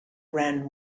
ran